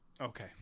Okay